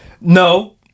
No